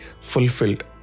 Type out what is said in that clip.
fulfilled